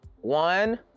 One